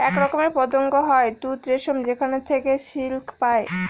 এক রকমের পতঙ্গ হয় তুত রেশম যেখানে থেকে সিল্ক পায়